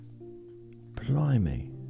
Blimey